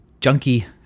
junky